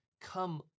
come